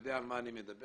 יודע על מה אני מדבר.